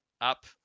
up